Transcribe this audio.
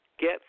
get